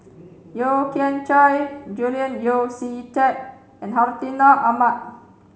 Yeo Kian Chye Julian Yeo See Teck and Hartinah Ahmad